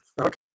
Okay